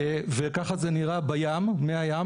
וככה זה נראה בים, מי הים.